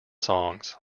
songs